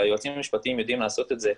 היועצים המשפטיים יודעים לעשות את זה,